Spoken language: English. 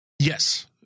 Yes